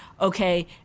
okay